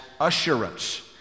assurance